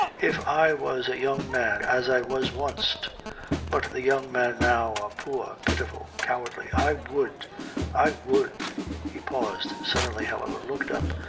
if i was a young man, as i was wanst but the young men now are poor, pitiful, cowardly i would i would he paused suddenly, however, looked up,